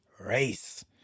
race